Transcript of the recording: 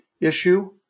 issue